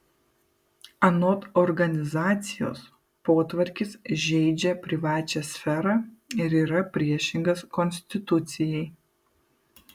anot organizacijos potvarkis žeidžia privačią sferą ir yra priešingas konstitucijai